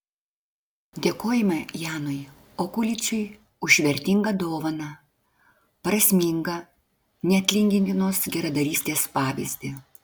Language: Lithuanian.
dėkojame janui okuličiui už vertingą dovaną prasmingą neatlygintinos geradarystės pavyzdį